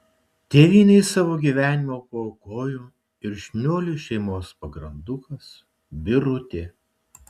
tėvynei savo gyvenimą paaukojo ir šniuolių šeimos pagrandukas birutė